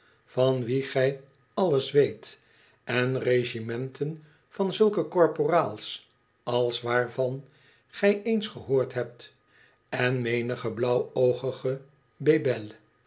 van wien gij alles weet en regimenten van zulke korporaals als waarvan gij eens gehoord hebt en menige blauwoogige